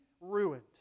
ruined